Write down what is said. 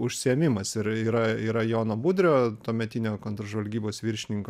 užsiėmimas ir yra yra jono budrio tuometinio kontržvalgybos viršininko